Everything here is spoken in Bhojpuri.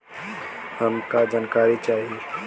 हमका जानकारी चाही?